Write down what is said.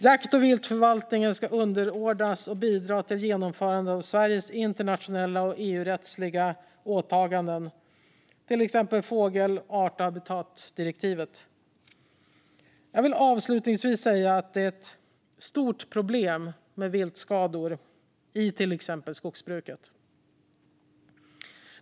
Jakt och viltförvaltningen ska underordnas och bidra till genomförandet av Sveriges internationella och EU-rättsliga åtaganden, till exempel fågeldirektivet och art och habitatdirektivet. Avslutningsvis vill jag säga att det är ett stort problem med viltskador i till exempel skogsbruket.